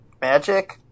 Magic